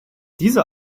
diese